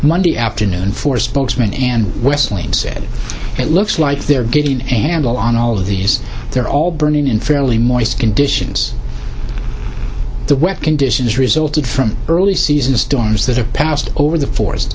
monday afternoon four spokesman and west wing said it looks like they're getting a handle on all of these they're all burning in fairly moist conditions the web conditions resulted from early season storms that have passed over the forest